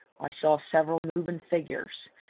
i saw several moving figures,